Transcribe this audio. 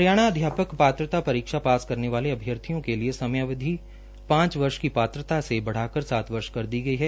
हरियाणा अध्यापक पात्रता परीक्षा पास करने वाले अभ्यार्थियों के लिए समयिवधि पांच वर्ष की पात्रता से बढ़ाकर सात वर्ष कर दी गई है